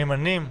מהימנים?